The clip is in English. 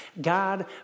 God